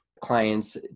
clients